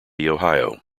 ohio